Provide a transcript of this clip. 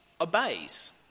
obeys